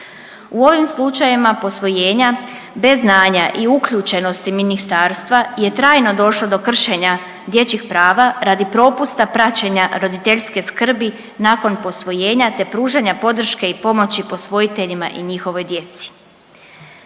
U ovim slučajevima posvojenja bez znanja i uključenosti ministarstva je trajno došlo do kršenja dječjih prava radi propusta praćenja roditeljske skrbi nakon posvojenja, te pružanja podrške i pomoći posvojiteljima i njihovoj djeci.